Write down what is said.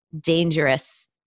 dangerous